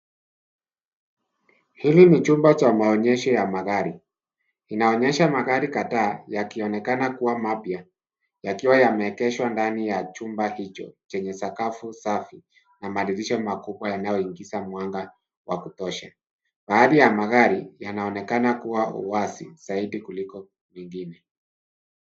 Hili ni chumba cha maonyesho ya magari , inaonyesha magari kadhaa yakionekana kua mapya, yakiwa yameegeshwa ndani ya chumba hicho, chenye sakafu safi, na madirisha makubwa yanayoingiza mwanga wa kutosha. Baadhi ya magari yanaonekana kua uwazi zaidi kuliko mengine.